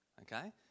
Okay